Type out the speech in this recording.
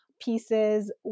pieces